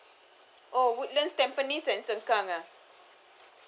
oh woodlands tampines and sengkang ah